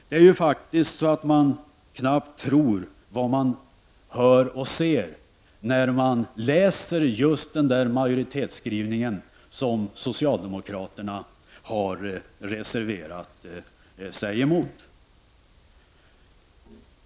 Det är knappt att man tror vad man ser när man läser den majoritetsskrivning som socialdemokraterna har reserverat sig emot.